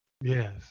Yes